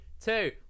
two